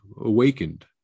awakened